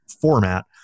format